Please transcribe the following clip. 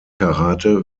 karate